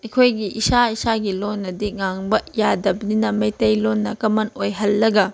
ꯑꯩꯈꯣꯏꯒꯤ ꯏꯁꯥ ꯏꯁꯥꯒꯤ ꯂꯣꯟꯅꯗꯤ ꯉꯥꯡꯕ ꯌꯥꯗꯕꯅꯤꯅ ꯃꯩꯇꯩꯂꯣꯟꯅ ꯀꯃꯟ ꯑꯣꯏꯍꯜꯂꯒ